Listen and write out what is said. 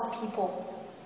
people